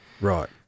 Right